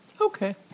Okay